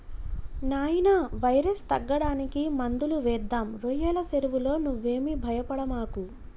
నాయినా వైరస్ తగ్గడానికి మందులు వేద్దాం రోయ్యల సెరువులో నువ్వేమీ భయపడమాకు